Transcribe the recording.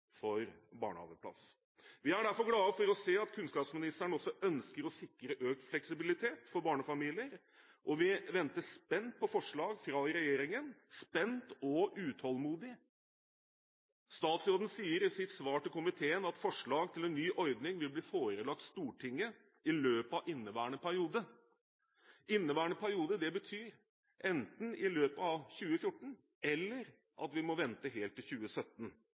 er derfor glad for å se at kunnskapsministeren også ønsker å sikre økt fleksibilitet for barnefamilier, og vi venter spent på forslag fra regjeringen – spent og utålmodig. Statsråden sier i sitt svar til komiteen at forslag til en ny ordning vil bli forelagt Stortinget i løpet av inneværende periode. Inneværende periode betyr enten i løpet av 2014 eller at vi må vente helt til 2017.